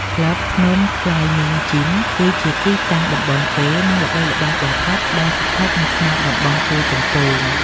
ក្លឹប ភ្នំ ក្លាយមីង ជីម គឺជាទីតាំងដំបូងគេ និងល្បីល្បាញបំផុតដែលស្ថិតនៅក្នុងតំបន់ទួលទំពូង។